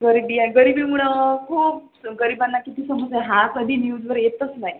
गरीबी आहे गरीबीमुळं खूप गरीबांना किती समज हा कधी न्यूजवर येतच नाही